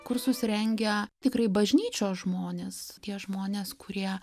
kur susirengę tikrai bažnyčios žmonės tie žmonės kurie